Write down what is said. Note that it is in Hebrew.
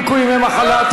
ניכוי ימי מחלה),